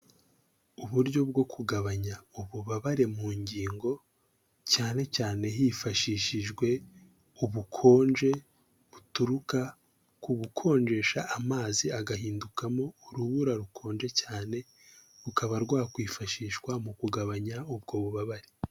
Uburyo bwo kugabanya ububabare mu ngingo, cyane cyane hifashishijwe ubukonje buturuka ku gukonjesha amazi agahindukamo urubura rukonje cyane, rukaba rwakwifashishwa mu kugabanya ubwo bubabare.